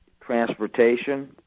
transportation